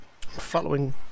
Following